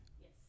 Yes